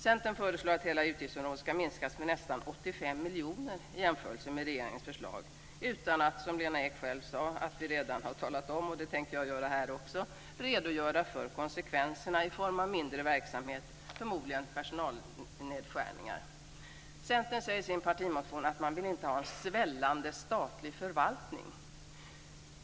Centern föreslår att hela utgiftsområdet ska minskas med nästan 85 miljoner i jämförelse med regeringens förslag utan att, som Lena Ek själv sade, redogöra för konsekvenserna i form av mindre verksamhet och förmodligen personalnedskärningar. Centern säger i sin partimotion att man inte vill ha en svällande statlig förvaltning.